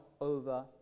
over